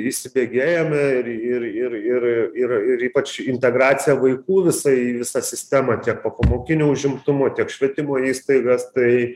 įsibėgėjome ir ir ir ir ir ir ypač integracija vaikų visai į visą sistemą tiek popamokinio užimtumo tiek švietimo įstaigas tai